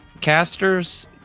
casters